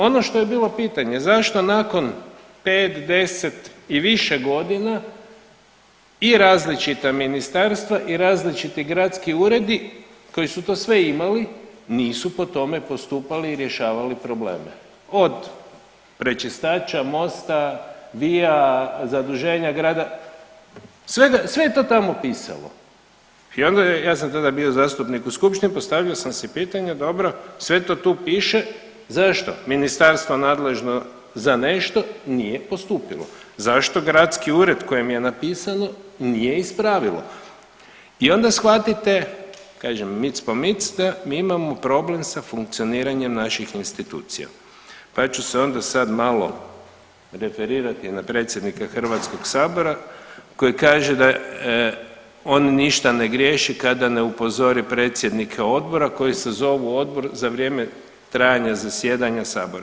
Ono što je bilo pitanje zašto nakon 5, 10 i više godina i različita ministarstva i različiti gradski uredi koji su to sve imali nisu po tome postupali i rješavali probleme, od prečistača mosta, via, zaduženja grada, sve, sve je to tamo pisalo i onda je, ja sam tada bio zastupnik u skupštini i postavio sam si pitanje dobro sve to tu piše, zašto ministarstvo nadležno za nešto nije postupilo, zašto gradski ured kojem je napisano nije ispravilo i onda shvatite, kažem mic po mic da mi imamo problem sa funkcioniranjem naših institucija, pa ću se onda sad malo referirati na predsjednika HS koji kaže da on ništa ne griješi kada ne upozori predsjednike odbora koji sazovu odbor za vrijeme trajanja zasjedanja sabora.